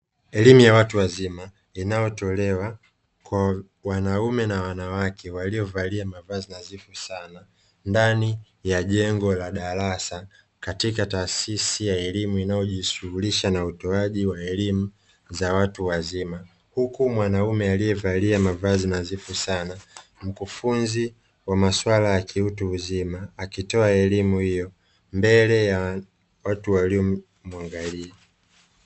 Elimu ya watu wazima, inayotolewa kwa wanaume na wanawake waliyovalia mavazi nadhifu sana, ndani ya jengo la darasa, katika taasisi ya elimu inayojishughulisha na utoaji wa elimu za watu wazima; huku mwanaume aliyevalia mavazi nadhifu Sana, mkufunzi wa maswala ya kiutu Uzima, akitoa elimu hiyo mbele ya watu waliomwangalia.